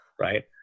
right